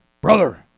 Brother